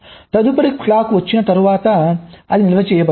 తదుపరి క్లాక్ వచ్చిన తరువాత అది నిల్వ చేయబడుతుంది